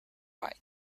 white